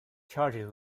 charges